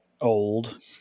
old